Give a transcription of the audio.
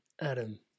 Adam